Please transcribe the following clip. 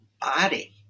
body